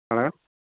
କାଣା